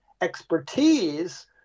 expertise